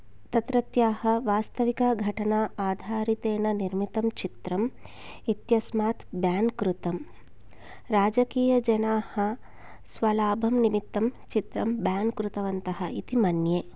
तत्रत्याः वास्तविका घटना आधारितेन निर्मितं चित्रम् इत्यस्मात् बेन् कृतं राजकीयजनाः स्वलाभं निमित्तं चित्रं बेन् कृतवन्तः इति मन्ये